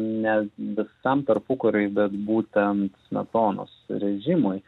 ne visam tarpukariui bet būtent smetonos režimui